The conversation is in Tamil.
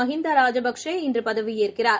மஹிந்தராஜபக்சே இன்றுபதவியேற்கிறார்